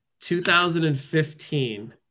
2015